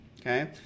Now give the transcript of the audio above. okay